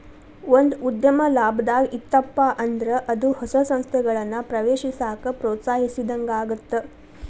ಒಂದ ಉದ್ಯಮ ಲಾಭದಾಗ್ ಇತ್ತಪ ಅಂದ್ರ ಅದ ಹೊಸ ಸಂಸ್ಥೆಗಳನ್ನ ಪ್ರವೇಶಿಸಾಕ ಪ್ರೋತ್ಸಾಹಿಸಿದಂಗಾಗತ್ತ